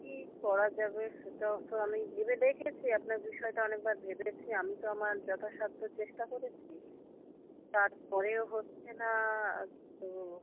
কী করা যাবে সেটাও তো আমি ভেবে দেখেছি আপনার বিষয়টা অনেকবার ভেবেছি আমি তো আমার যথা সাধ্য চেষ্টা করেছি তারপরেও হচ্ছে না তো